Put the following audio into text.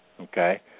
okay